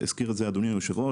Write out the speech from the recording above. והזכיר את זה אדוני היושב-ראש.